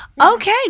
okay